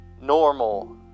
normal